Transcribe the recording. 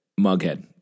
Mughead